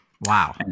Wow